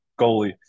goalie